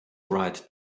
write